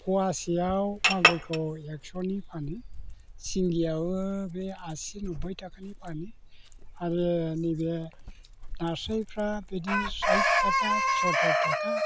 फवासेयाव मागुरखौ एक्स'नि फानो सिंगियावबो बे आसि नब्बै थाखानि फानो आरो नैबे नास्रायफ्रा बिदिनो सायत थाखा सत्तर थाखा